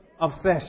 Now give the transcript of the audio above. Obsession